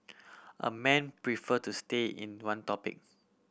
a men prefer to stay in one topic